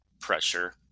pressure